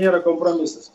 nėra kompromisas